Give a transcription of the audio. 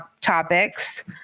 topics